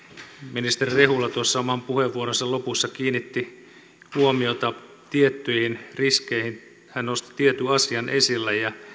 ministeri rehula tuossa oman puheenvuoronsa lopussa kiinnitti huomiota tiettyihin riskeihin hän nosti tietyn asian esille ja